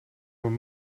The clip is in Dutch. mijn